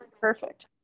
perfect